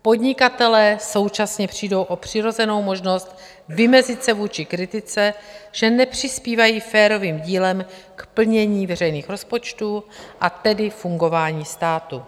Podnikatelé současně přijdou o přirozenou možnost vymezit se vůči kritice, že nepřispívají férovým dílem k plnění veřejných rozpočtů, a tedy fungování státu.